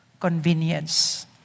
convenience